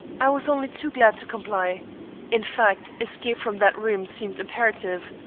i was only too glad to comply in fact, escape from that room seemed imperative.